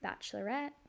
bachelorette